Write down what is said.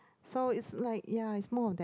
so it's like ya it's more of that